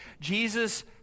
jesus